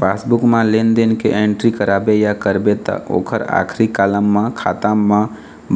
passbook म लेन देन के एंटरी कराबे या करबे त ओखर आखरी कालम म खाता म